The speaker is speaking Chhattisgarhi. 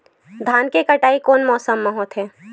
धान के कटाई कोन मौसम मा होथे?